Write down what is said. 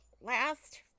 last